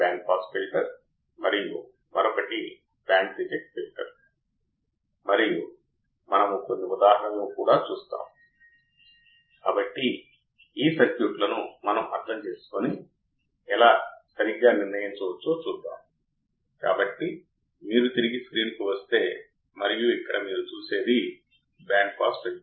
ఇంకా అవుట్పుట్ 7 మరియు 4 నుండి తీసుకోబడిందా లేదా టెర్మినల్ 6 మరియు గ్రౌండ్ మధ్య తీసుకోబడిందా ఒకవేళ 7 మరియు 4 మధ్య ఉంటే ఇది 6 మరియు భూమిలో తేలుతోంది అప్పుడు మనం అవుట్పుట్ను ఎలా తీసుకుంటున్నామో మనకు ఇప్పటికే తెలుసు